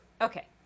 Okay